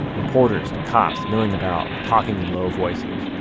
reporters and cops milling about, talking in low voices.